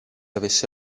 avesse